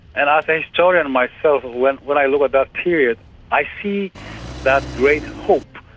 and as a historian myself, when when i look at that period i see that great hope,